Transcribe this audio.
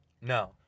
No